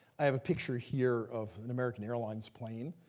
i have a picture here of an american airlines plane.